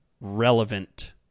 relevant